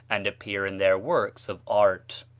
and appear in their works of art.